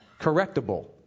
correctable